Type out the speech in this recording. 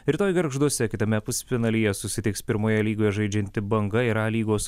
rytoj gargžduose kitame pusfinalyje susitiks pirmoje lygoje žaidžianti banga ir a lygos